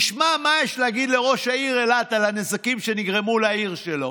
ישמע מה יש להגיד לראש העיר אילת על הנזקים שנגרמו לעיר שלו,